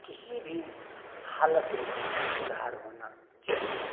किसी भी हालत में सुधार होना जरूरी है